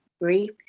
grief